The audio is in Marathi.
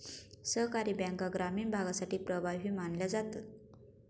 सहकारी बँका ग्रामीण भागासाठी प्रभावी मानल्या जातात